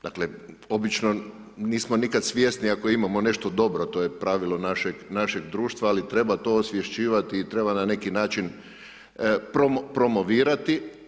Dakle, obično nismo nikad svjesni ako imamo nešto dobro, to je pravilo našeg društva ali treba to osvješćivati i treba na neki način promovirati.